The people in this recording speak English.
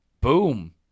boom